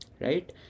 right